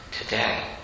today